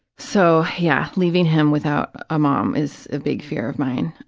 so, yeah, leaving him without a mom is a big fear of mine.